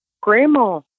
grandma